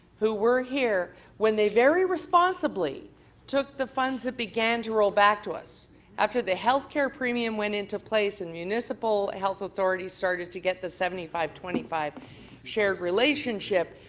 who were here when they very responsibly took the funds that began to roll back to us after the health care premium went into place in municipal health authority started to get the seventy five twenty five shared relationship,